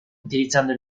utilizzando